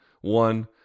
one